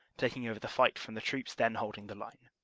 taking over the fight from the troops then holding the line.